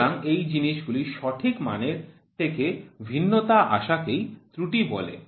সুতরাং এই জিনিসগুলির সঠিক মানের থেকে ভিন্নতা আসাকেই ত্রুটি বলে